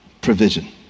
provision